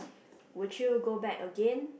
would you go back again